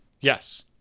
Yes